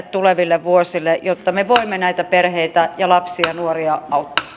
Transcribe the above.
tuleville vuosille jotta me voimme näitä perheitä ja lapsia ja nuoria